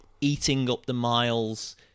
eating-up-the-miles